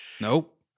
Nope